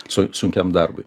su sunkiam darbui